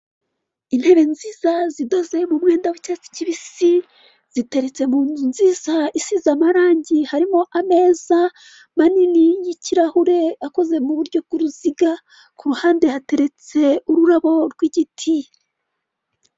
Intebe nziza zidoze mumwenda w'icyatsi kibisi, ziteretse mu inzu nziza isize amarangi harimo ameza manini y'ikirahure, akoze mu buryo bw'uruziga, kuruhande hateretse ururabo rw'igiti.